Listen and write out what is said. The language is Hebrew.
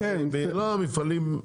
לא, המפעלים פחות.